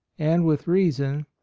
and with reason,